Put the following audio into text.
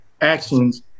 actions